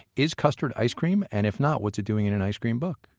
is custard ice cream? and if not, what's it doing in an ice cream book?